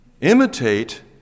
Imitate